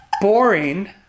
boring